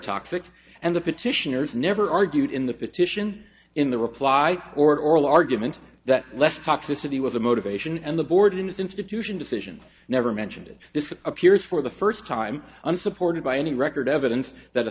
toxic and the petitioners never argued in the petition in the reply or oral argument that less toxicity was the motivation and the board in this institution decision never mentioned it this it appears for the first time unsupported by any record evidence that a